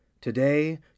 Today